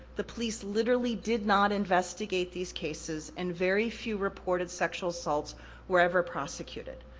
the police literally did not investigate these cases, and very few reported sexual assaults were ever prosecuted.